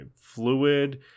fluid